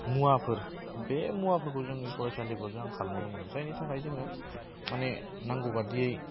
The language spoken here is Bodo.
मुवाफोर बे मुवाफोरखौ जोंनि फरायसालिफोराव जे आंखाल नुनो मोनो जायनि थाखाय जोङो माने नांगौ बादियै